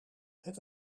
het